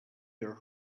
their